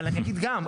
אבל אני אגיד גם,